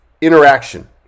interaction